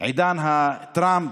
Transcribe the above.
עידן טראמפ,